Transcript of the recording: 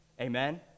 Amen